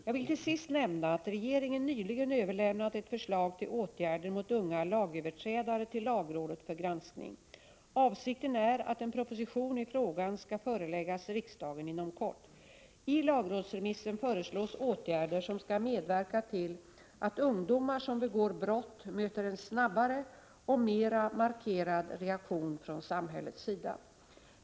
Jag vill till sist nämna att regeringen nyligen överlämnat ett förslag till åtgärder mot unga lagöverträdare till lagrådet för granskning. Avsikten är att en proposition i frågan skall föreläggas riksdagen inom kort. I lagrådsremissen föreslås åtgärder som skall medverka till att ungdomar som begår brott möter en snabbare och mera markerad reaktion från samhällets sida.